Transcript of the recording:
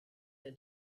der